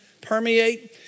permeate